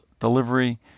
delivery